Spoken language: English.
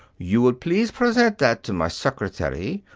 you will please present that to my secretary,